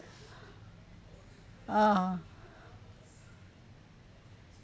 ah